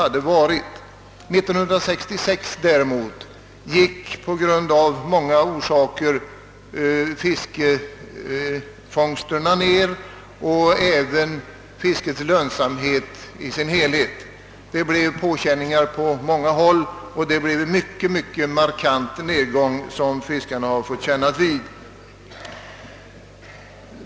På grund av många orsaker gick däremot 1966 fiskefångsterna ner liksom fiskets lönsamhet i dess helhet. Det blev påkänningar för många och fiskarna fick vidkännas en markant nedgång.